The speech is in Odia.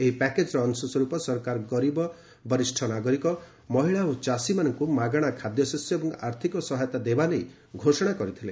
ଏହି ପ୍ୟାକେଜର ଅଂଶସ୍ପର୍ପ ସରକାର ଗରିବ ବରିଷ୍ଣ ନାଗରିକ ମହିଳା ଓ ଚାଷୀମାନଙ୍କୁ ମାଗଣା ଖାଦ୍ୟଶସ୍ୟ ଏବଂ ଆର୍ଥିକ ସହାୟତା ଦେବା ନେଇ ଘୋଷଣା କରିଥିଲେ